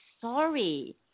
sorry